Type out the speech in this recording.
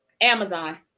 Amazon